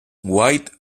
white